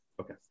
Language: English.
Okay